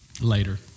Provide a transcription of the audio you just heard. Later